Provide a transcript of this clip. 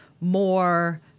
more